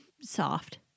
soft